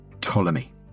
Ptolemy